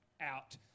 out